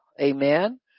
Amen